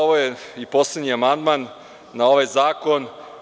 Ovo je poslednji amandman na ovaj zakon.